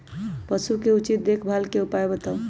पशु के उचित देखभाल के उपाय बताऊ?